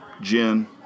Gin